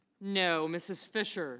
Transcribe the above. no. mrs. fisher